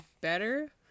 better